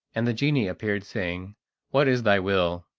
and the genie appeared, saying what is thy will?